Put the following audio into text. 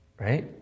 right